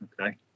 okay